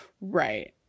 right